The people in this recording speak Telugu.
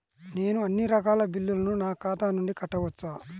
నేను అన్నీ రకాల బిల్లులను నా ఖాతా నుండి కట్టవచ్చా?